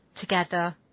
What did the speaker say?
together